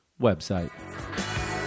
website